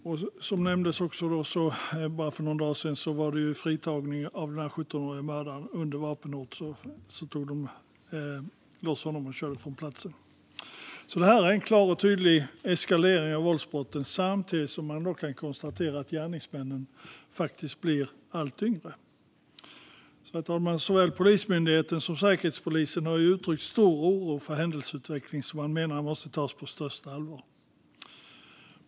Och bara för någon dag sedan fritogs en 17-årig mördare under vapenhot och kördes från platsen. Det sker alltså en klar och tydlig eskalering av våldsbrotten samtidigt som man kan konstatera att gärningsmännen blir allt yngre. Herr talman! Såväl Polismyndigheten som Säkerhetspolisen har uttryckt stor oro för händelseutvecklingen, som de menar måste tas på största allvar.